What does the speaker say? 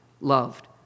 loved